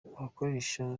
abakoresha